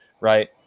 right